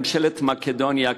ממשלת מקדוניה,